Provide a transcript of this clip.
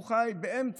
הוא חי באמצע,